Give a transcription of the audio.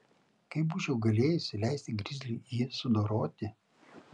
kaip būčiau galėjusi leisti grizliui jį sudoroti